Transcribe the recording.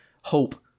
Hope